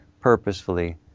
purposefully